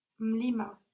Mlima